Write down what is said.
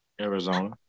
Arizona